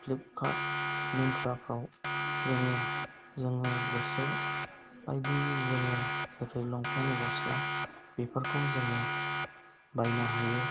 Flipkart मिन्ट्राफ्राव जोङो जोङो गोसो बायदि जोङो जेकेट लंफेन गस्ला बेफोरखौ जोङो बायनो हायो